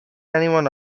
anyone